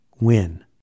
win